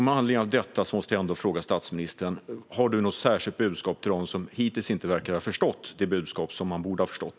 Med anledning av detta måste jag ändå fråga statsministern: Har du något särskilt budskap till dem som hittills inte verkar ha förstått det budskap som de borde ha förstått?